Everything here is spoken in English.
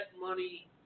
money